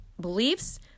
beliefs